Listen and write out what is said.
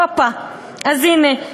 הופה, אז הנה.